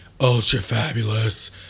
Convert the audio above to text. ultra-fabulous